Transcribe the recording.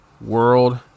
world